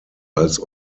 als